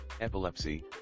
Epilepsy